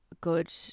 good